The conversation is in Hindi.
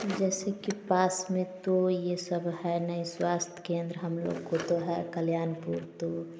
जैसे कि पास में तो ये सब है नहीं स्वास्थ्य केंद्र हम लोग को है कल्याणपुर तो